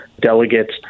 delegates